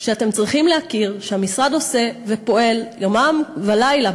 שאתם צריכים להכיר, שהמשרד עושה ופועל יומם ולילה.